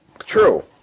true